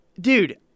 Dude